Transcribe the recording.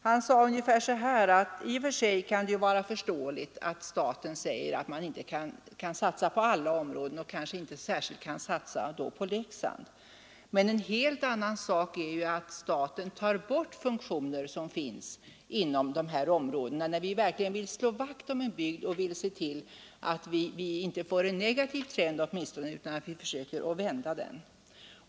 Han sade ungefär som så, att det i och för sig kan vara förståeligt att staten anser att man inte kan satsa på alla områden och kanske inte särskilt på Leksand. Men en helt annan sak är att staten tar bort funktioner som finns inom området när vi nu verkligen vill slå vakt om och se till att vi åtminstone inte får en negativ trend utan i stället försöker vända den.